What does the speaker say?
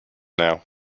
now